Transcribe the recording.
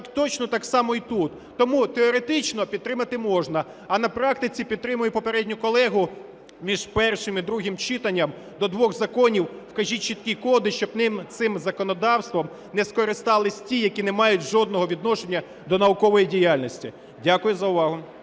Точно так само і тут. Тому теоретично підтримати можна, а на практиці підтримую попередню колегу – між першим і другим читанням до двох законів вкажіть чіткі коди, щоб цим законодавством не скористалися ті, які не мають жодного відношення до наукової діяльності. Дякую за увагу.